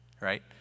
right